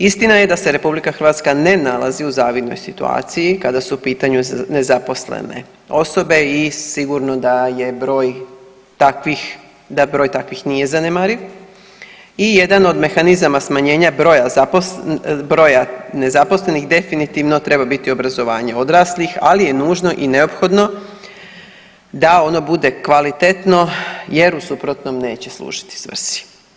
Istina je da se RH ne nalazi u zavidnoj situaciji kada su u pitanju nezaposlene osobe i sigurno da je broj takvih, da broj takvih nije zanemariv i jedan od mehanizama smanjenja broja nezaposlenih definitivno treba biti obrazovanje odraslih ali je nužno i neophodno da ono bude kvalitetno jer u suprotnom neće služiti svrsi.